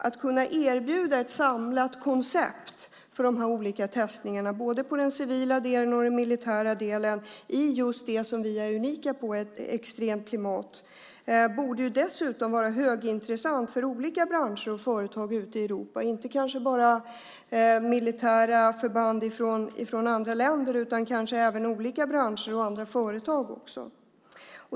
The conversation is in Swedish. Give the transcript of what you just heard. Att kunna erbjuda ett samlat koncept för de olika testningarna, både i den civila delen och i den militära delen, i just det som vi är unika på i ett extremt klimat borde dessutom vara högintressant för olika branscher och företag ute i Europa - kanske inte bara för militära förband från andra länder utan även för olika andra branscher och företag också.